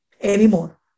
anymore